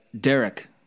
Derek